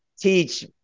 teach